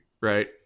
right